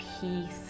peace